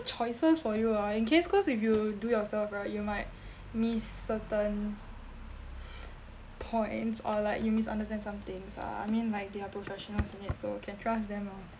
choices for you ah in case cause if you do yourself right you might miss certain points or like you misunderstand some things ah I mean like they are professionals unit so you can trust them lor